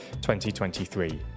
2023